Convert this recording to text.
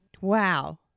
Wow